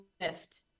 lift